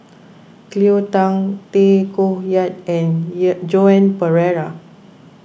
Cleo Thang Tay Koh Yat and Joan Pereira